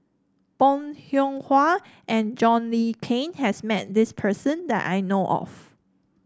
Bong Hiong Hwa and John Le Cain has met this person that I know of